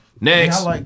Next